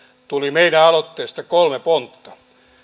tuli meidän aloitteestamme kolme pontta